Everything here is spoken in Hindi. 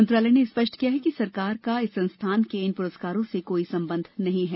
मंत्रालय ने स्पष्ट किया है कि सरकार का इस संस्थान के इन पुरस्कारों से कोई संबंध नहीं है